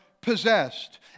possessed